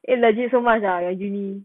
eh legit so much ah your uni~